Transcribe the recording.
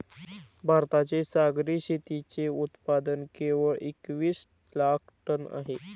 भारताचे सागरी शेतीचे उत्पादन केवळ एकवीस लाख टन आहे